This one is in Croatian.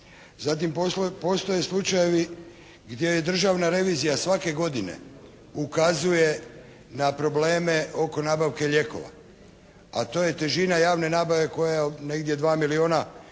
Zatim postoje slučajevi gdje Državna revizija svake godine ukazuje na probleme oko nabavke lijekova, a to je težina javne nabave koja negdje 2 milijuna